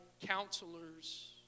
counselors